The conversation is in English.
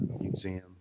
museum